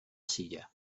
silla